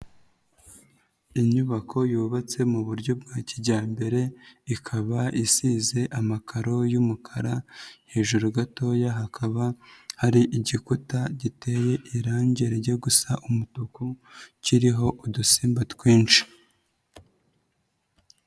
Inyubako yubatse mu buryo bwa kijyambere ikaba isize amakaro y'umukara, hejuru gatoya hakaba hari igikuta giteye irangi rijya gusa umutuku kiriho udusimba twinshi.